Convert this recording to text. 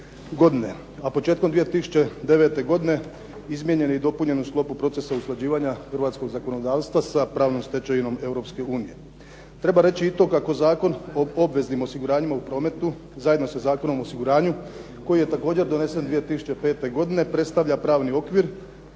A početkom 2009. godine izmijenjen je i dopunjen u sklopu procesa usklađivanja hrvatskog zakonodavstva sa pravnom stečevinom Europske unije. Treba reći i to kako Zakon o obveznim osiguranjima u prometu, zajedno sa Zakonom o osiguranju koji je također donesen 2005. godine predstavlja pravni okvir